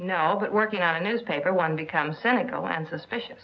now working at a newspaper one become cynical and suspicious